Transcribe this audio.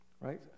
right